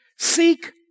Seek